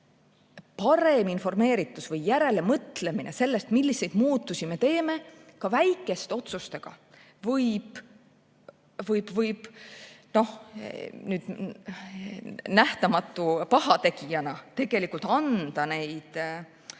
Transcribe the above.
paremat informeeritust või järelemõtlemist selle üle, milliseid muutusi me teeme. Ka väikesed otsused võivad nähtamatu pahategijana tegelikult anda siirdeid